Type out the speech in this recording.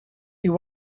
you